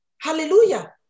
hallelujah